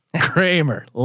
Kramer